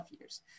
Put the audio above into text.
years